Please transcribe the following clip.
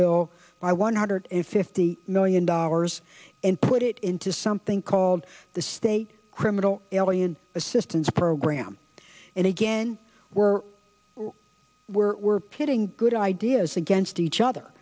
bill by one hundred fifty million dollars and put it into something called the state criminal alien assistance program and again we're we're we're pitting good ideas against each other